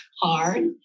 hard